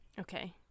Okay